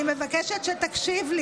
אני מבקשת שתקשיב לי.